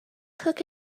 cook